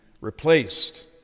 replaced